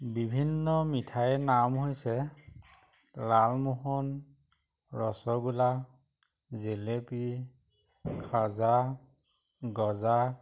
বিভিন্ন মিঠাইৰ নাম হৈছে লালমোহন ৰসগোল্লা জেলেপী খাজা গজা